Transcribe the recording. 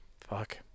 Fuck